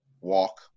walk